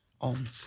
on